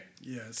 Yes